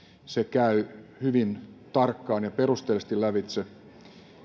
se käy hyvin tarkkaan ja perusteellisesti lävitse